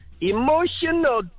emotional